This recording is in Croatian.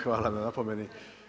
Hvala na napomeni.